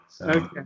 okay